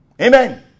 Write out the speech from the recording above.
Amen